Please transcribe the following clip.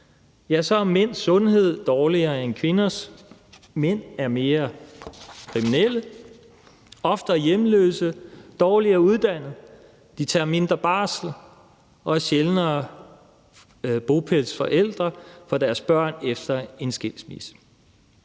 ja, så er mænds sundhed dårligere end kvinders. Mænd er mere kriminelle, oftere hjemløse og dårligere uddannet, og de tager mindre barsel og er sjældnere bopælsforældre for deres børn efter en skilsmisse.